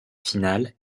finale